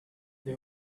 they